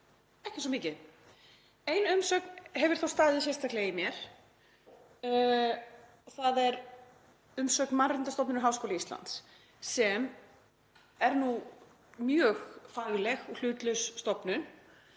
ekki svo mikið. Ein umsögn hefur þó staðið sérstaklega í mér. Það er umsögn Mannréttindastofnunar Háskóla Íslands, sem er nú mjög fagleg og hlutlaus stofnun.